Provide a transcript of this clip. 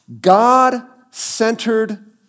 God-centered